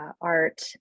art